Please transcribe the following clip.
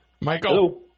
Michael